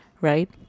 right